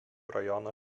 rajono